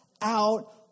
out